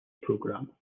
program